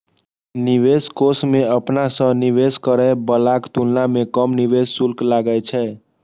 निवेश कोष मे अपना सं निवेश करै बलाक तुलना मे कम निवेश शुल्क लागै छै